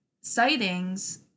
sightings